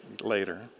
later